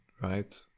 right